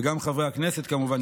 וגם חברי הכנסת כמובן,